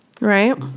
right